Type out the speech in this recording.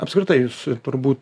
apskritai jūs turbūt